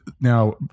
Now